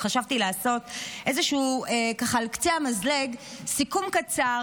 חשבתי לעשות על קצה המזלג איזשהו סיכום קצר